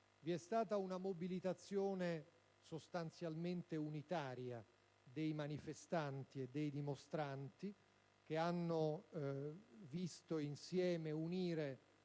Vi è stata una mobilitazione sostanzialmente unitaria dei manifestanti e dei dimostranti, che ha visto insieme